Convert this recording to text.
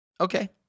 Okay